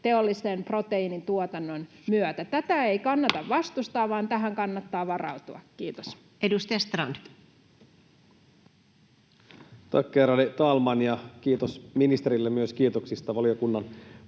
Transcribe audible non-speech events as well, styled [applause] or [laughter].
teollisen proteiinin tuotannon myötä. Tätä ei kannata vastustaa, [noise] vaan tähän kannattaa varautua. — Kiitos. Edustaja Strand. Tack, ärade talman! Kiitos myös ministerille kiitoksista valiokunnan puolesta.